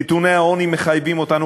נתוני העוני מחייבים אותנו,